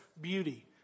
beauty